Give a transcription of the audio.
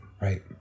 Right